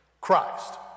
Christ